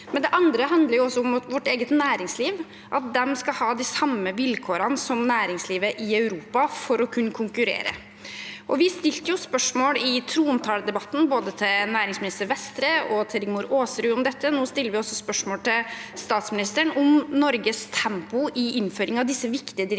Den andre handler om vårt eget næringsliv, og at de skal ha de samme vilkårene som næringslivet i Europa for å kunne konkurrere. Vi stilte spørsmål i trontaledebatten til både næringsminister Vestre og Rigmor Aasrud om dette. Nå stiller vi også spørsmål til statsministeren om Norges tempo i innføringen av disse viktige direktivene.